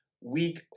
Week